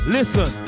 Listen